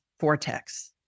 vortex